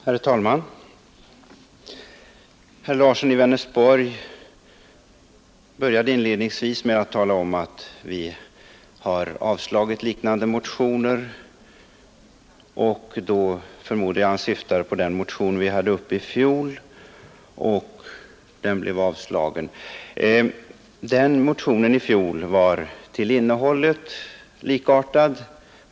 Herr talman! Herr Larsson i Vänersborg inledde sitt anförande med att erinra om att riksdagen har avslagit liknande motioner tidigare, och jag förmodar att han då syftade på den motion som väcktes i fjol. Den hade ett likartat innehåll.